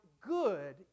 good